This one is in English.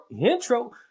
intro